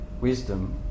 wisdom